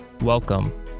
Welcome